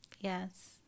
Yes